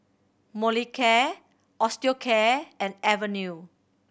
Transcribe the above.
Molicare Osteocare and Avene